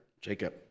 Jacob